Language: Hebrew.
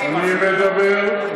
אני לא אמרתי את זה.